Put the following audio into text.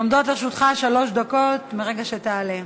עומדות לרשותך שלוש דקות מהרגע שתעלה.